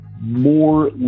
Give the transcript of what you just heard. more